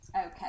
Okay